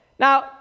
Now